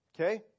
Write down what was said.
Okay